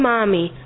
Mommy